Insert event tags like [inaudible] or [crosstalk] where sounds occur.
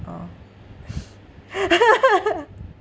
orh [noise] [laughs]